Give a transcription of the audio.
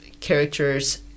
characters